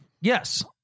Yes